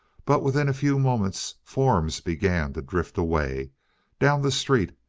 but within a few moments forms began to drift away down the street,